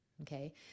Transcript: Okay